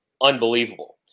unbelievable